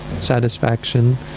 satisfaction